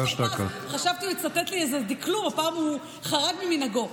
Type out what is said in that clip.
חשבתי שיצטט לי איזה דקלום, הפעם הוא חרג ממנהגו.